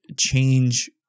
change